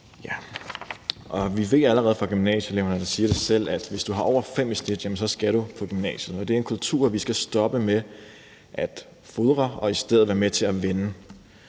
Vi ved allerede fra gymnasieeleverne, der siger det selv, at hvis du har over 5 i snit, skal du på gymnasiet. Det er en kultur, vi skal stoppe med at fodre og i stedet være med til at vende.